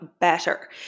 better